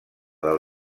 del